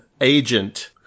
Agent